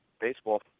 baseball